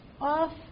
off